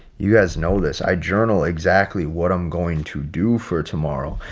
you guys know this i journal exactly what i'm going to do for tomorrow.